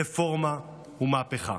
רפורמה ומהפכה.